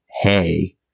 hey